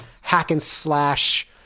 hack-and-slash